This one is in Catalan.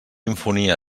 infonia